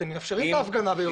אתם מאפשרים את ההפגנה ביום שישי.